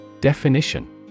Definition